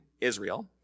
Israel